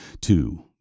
Two